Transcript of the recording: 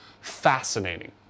fascinating